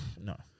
No